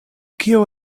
kio